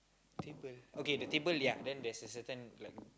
table okay the table ya then there's a certain like